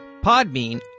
Podbean